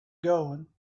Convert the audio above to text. going